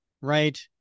Right